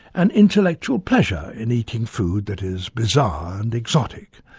an intellectual pleasure in eating food that is bizarre and exotic.